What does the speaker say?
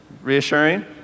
Reassuring